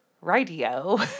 radio